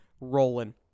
rolling